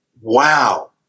Wow